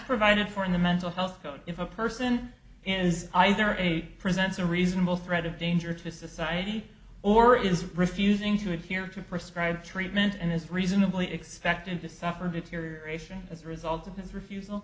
provided for in the mental health code if a person is either a presents a reasonable threat of danger to society or is refusing to adhere to prescribed treatment and is reasonably expect him to suffer deterioration as a result of his refusal